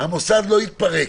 המוסד לא יתפרק,